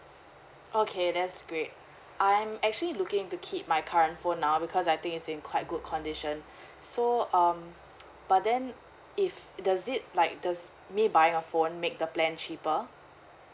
okay that's great I'm actually looking to keep my current phone now because I think it's in quite good condition so um but then if does it like does me buying a phone make the plan cheaper